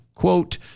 Quote